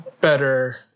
better